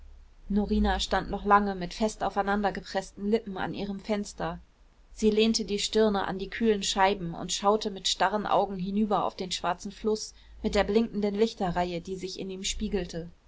norina stand noch lange mit fest aufeinandergepreßten lippen an ihrem fenster sie lehnte die stirne an die kühlen scheiben und schaute mit starren augen hinüber auf den schwarzen fluß mit der blinkenden lichterreihe die sich in ihm spiegelte